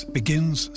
begins